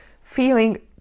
feeling